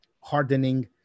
hardening